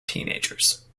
teenagers